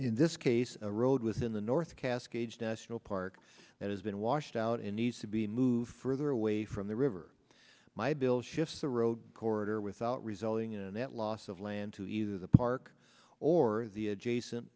in this case a road within the north cascades national park that has been washed out and needs to be moved further away from the river my bill shifts the road corridor without resulting in a net loss of land to either the park or the adjacent